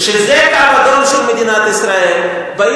בלי פליטים.